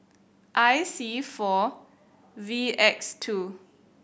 I C four V X two